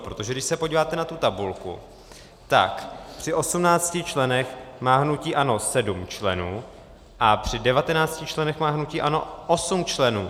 Protože když se podíváte na tu tabulku, tak při 18 členech má hnutí ANO 7 členů a při 19 členech má hnutí ANO 8 členů.